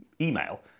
email